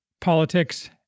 politics